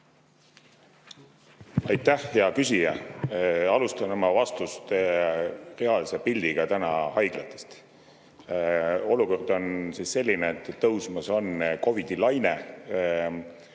Aitäh, hea küsija! Alustan oma vastust reaalse pildiga haiglatest. Olukord on selline, et tõusmas on COVID‑i laine.